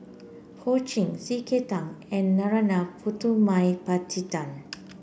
Ho Ching C K Tang and Narana Putumaippittan